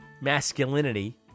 masculinity